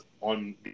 on